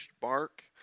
bark